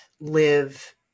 live